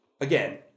Again